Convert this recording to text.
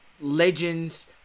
legends